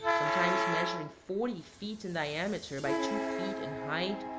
sometimes measuring forty feet in diameter by two feet in height,